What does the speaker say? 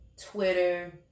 Twitter